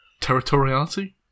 Territoriality